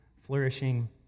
flourishing